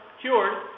cured